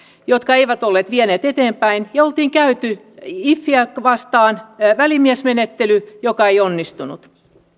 jotka eivät olleet vieneet eteenpäin ja oltiin käyty ifiä vastaan välimiesmenettely joka ei onnistunut